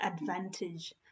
advantage